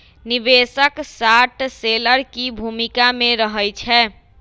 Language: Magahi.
निवेशक शार्ट सेलर की भूमिका में रहइ छै